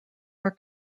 are